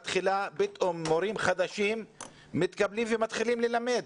פתאום מורים חדשים מתקבלים ומתחילים ללמד.